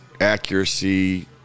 accuracy